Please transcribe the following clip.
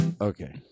Okay